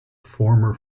former